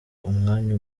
umwanya